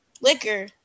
liquor